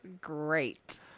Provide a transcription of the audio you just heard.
Great